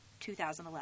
2011